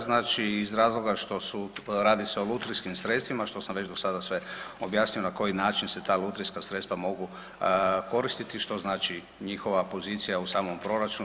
Znači, iz razloga što su, radi se o lutrijskim sredstvima, što sam već do sada sve objasnio na koji način se ta lutrijska sredstva mogu koristiti i što znači njihova pozicija u samom proračunu.